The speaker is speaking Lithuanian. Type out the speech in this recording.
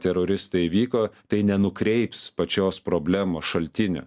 teroristai įvyko tai nenukreips pačios problemos šaltinio